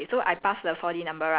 okay no we find